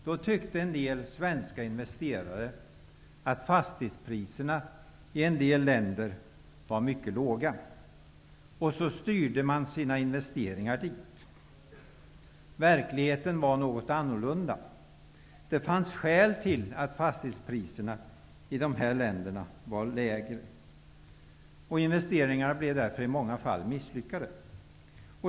Då tyckte en del svenska investerare att fastighetspriserna i en del länder var mycket låga. Man styrde sina investeringar dit. Verkligheten var något annorlunda. Det fanns skäl till att fastighetspriserna i de här länderna var lägre. Investeringarna blev därför i många fall misslyckade.